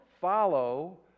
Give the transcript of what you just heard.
follow